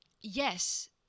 Yes